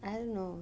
I don't know